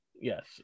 Yes